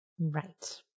Right